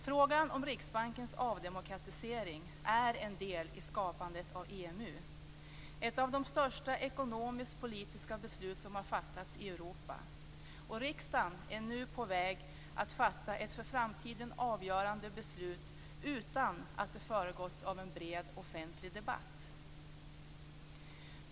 Frågan om Riksbankens avdemokratisering är en del i skapandet av EMU, ett av de största ekonomiskpolitiska beslut som har fattats i Europa. Riksdagen är nu på väg att fatta ett för framtiden avgörande beslut utan att det föregåtts av en bred offentlig debatt.